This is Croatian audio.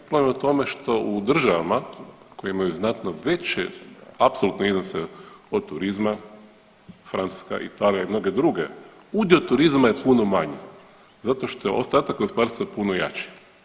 Problem je u tome što u državama koje imaju znatno veće apsolutne iznose od turizma, Francuska, Italija i mnoge druge, udio turizma je puno manji zato što je ostatak gospodarstva puno jači.